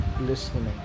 listening